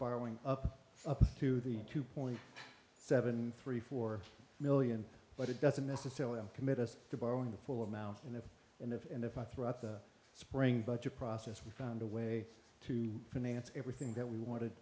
borrowing up to the two point seven three four million but it doesn't necessarily committed to borrowing the full amount and if and if and if i throw out the spring budget process we found a way to finance everything that we wanted